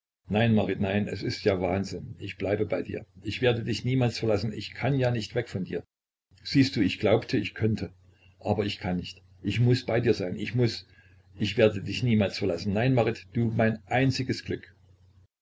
nein marit nein es ist ja wahnsinn ich bleibe bei dir ich werde dich niemals verlassen ich kann ja nicht weg von dir siehst du ich glaubte ich könnte aber ich kann nicht ich muß bei dir sein ich muß ich werde dich niemals verlassen nein marit du mein einziges glück